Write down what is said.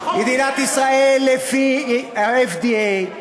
מדינת ישראל, לפי ה-FDA,